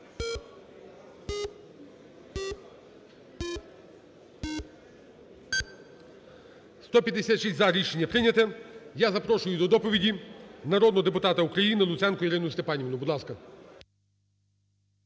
За-156 Рішення прийнято. І я запрошую до доповіді народного депутата України Луценко Ірину Степанівну. Будь ласка.